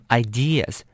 ideas